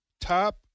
top